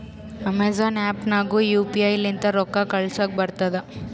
Amazon app ನಾಗ್ನು U P I ಲಿಂತ ರೊಕ್ಕಾ ಕಳೂಸಲಕ್ ಬರ್ತುದ್